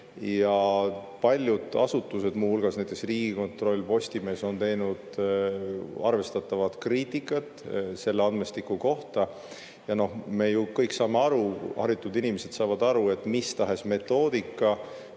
Paljud asutused, muu hulgas näiteks Riigikontroll ja Postimees, on teinud arvestatavat kriitikat selle andmestiku kohta. Me kõik saame ju aru, haritud inimesed saavad aru, et mis tahes metoodika